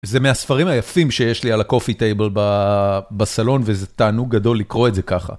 זה מהספרים היפים שיש לי על ה-coffee table בסלון, וזה תענוג גדול לקרוא את זה ככה.